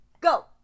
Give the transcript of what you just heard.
Go